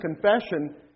confession